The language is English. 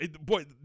boy